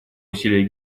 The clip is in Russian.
усилия